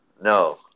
No